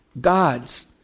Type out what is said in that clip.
God's